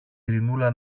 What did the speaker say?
ειρηνούλα